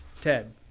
Ted